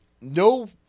No